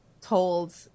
told